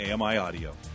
AMI-audio